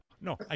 No